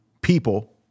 People